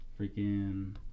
freaking